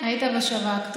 היית בשב"כ.